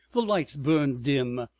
the lights burnt dim,